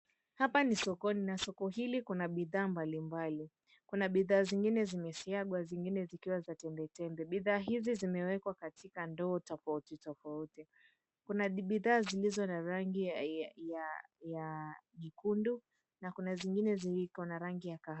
Hapa ni sokoni na soko hili kuna bidhaa mbalimbali. Kuna bidhaa zingine zikiwa zimesagwa na zingine zikiwa za tembe tembe. Bidhaa hizi zimewekwa katika ndoo tofauti tofauti. Kuna bidhaa zilizo na rangi nyekundu na zingine zina rangi ya kahawia.